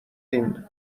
این